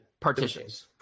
Partitions